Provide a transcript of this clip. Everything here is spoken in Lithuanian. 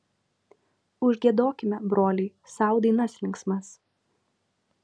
užgiedokime broliai sau dainas linksmas